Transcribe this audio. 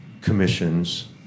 commissions